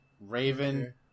Raven